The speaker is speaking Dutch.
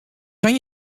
kan